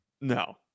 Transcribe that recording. No